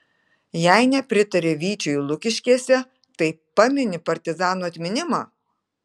jei nepritari vyčiui lukiškėse tai pamini partizanų atminimą